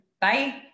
Bye